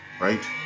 right